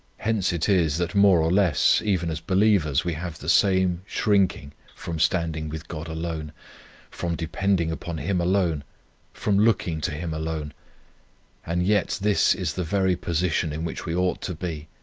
hence it is, that more or less, even as believers, we have the same shrinking from standing with god alone from depending upon him alone from looking to him alone and yet this is the very position in which we ought to be,